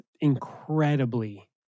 incredibly